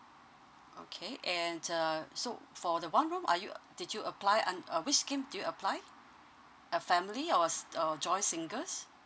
okay and uh so for the one room are you uh did you apply un~ uh which scheme did you apply uh family ors or joint singles